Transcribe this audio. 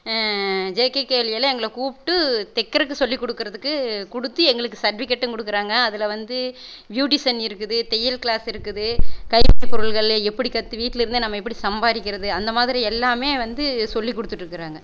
ஜேகேகேலியலில் எங்களை கூப்பிட்டு தைக்கறக்கு சொல்லிக் கொடுக்குறதுக்கு கொடுத்து எங்களுக்கு சர்ட்விக்கேட்டும் கொடுக்கறாங்க அதில் வந்து பியூட்டிசன் இருக்குது தையல் க்ளாஸ் இருக்குது கைவினை பொருள்கள் எப்படி கற்று வீட்டில் இருந்தே நம்ம எப்படி சம்பாதிக்கிறது அந்த மாதிரி எல்லாமே வந்து சொல்லிக் கொடுத்துட்டுக்கறாங்க